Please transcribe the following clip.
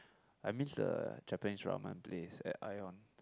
I miss the Japanese ramen place at Ion